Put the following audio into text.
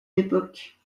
l’époque